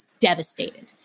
devastated